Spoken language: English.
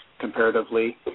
comparatively